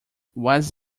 was